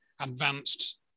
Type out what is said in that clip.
advanced